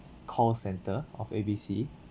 call centre of A B C